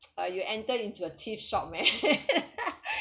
uh you enter into a thief shop man